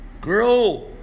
Grow